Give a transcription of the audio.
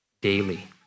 daily